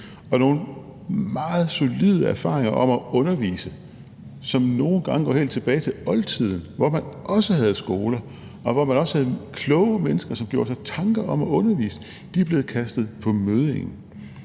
at nogle meget solide erfaringer om at undervise – som nogle gange går helt tilbage til oldtiden, hvor man også havde skoler, og hvor man også havde kloge mennesker, som gjorde sig tanker om at undervise – er blevet kastet på møddingen.